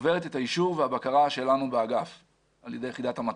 עוברת את האישור והבקרה שלנו באגף על ידי יחידת המטה.